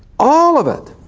all of it,